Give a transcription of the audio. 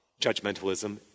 judgmentalism